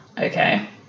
Okay